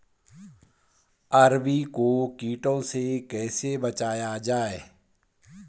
अरबी को कीटों से कैसे बचाया जाए?